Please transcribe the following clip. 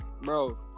Bro